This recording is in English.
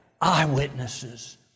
Eyewitnesses